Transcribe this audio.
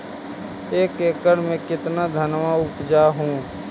एक एकड़ मे कितना धनमा उपजा हू?